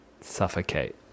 Suffocate